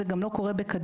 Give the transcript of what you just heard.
זה גם לא קורה בקדנציה,